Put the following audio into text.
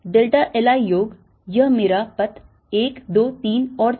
E i delta l i योग यह मेरा पथ 1 2 3 और 4 है